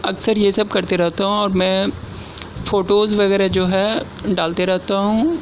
اکثر یہ سب کرتے رہتا ہوں اور میں فوٹوز وغیرہ جو ہے ڈالتے رہتا ہوں